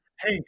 Hey